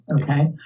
okay